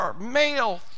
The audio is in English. male